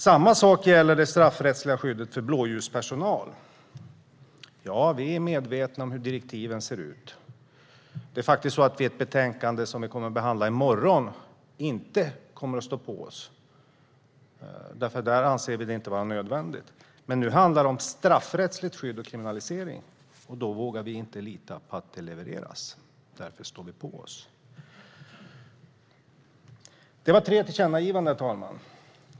Samma sak gäller det straffrättsliga skyddet för blåljuspersonal. Jo, vi är medvetna om hur direktiven ser ut. I ett betänkande som vi kommer att behandla i morgon kommer vi dock inte att stå på oss, för där anser vi det inte vara nödvändigt. Men i dag handlar det om straffrättsligt skydd och kriminalisering, och då vågar vi inte lita på att detta levereras. Därför står vi på oss. Detta var tre tillkännagivanden, herr talman.